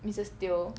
missus teo